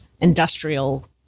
industrial